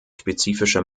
spezifische